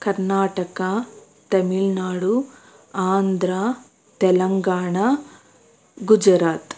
Karnataka Tamil Nadu Andhra Telangana Gujarat